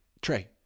Trey